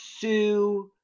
Sue